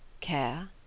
Care